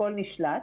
הכול נשלט,